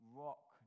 rock